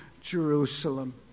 Jerusalem